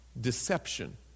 Deception